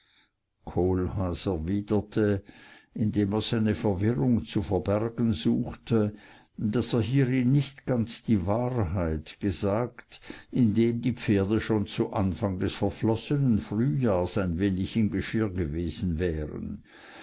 kohlhaas erwiderte indem er seine verwirrung zu verbergen suchte daß er hierin nicht ganz die wahrheit gesagt indem die pferde schon zu anfange des verflossenen frühjahrs ein wenig im geschirr gewesen wären